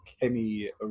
Kenny